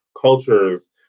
cultures